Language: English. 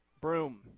Broom